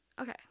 Okay